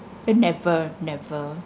never never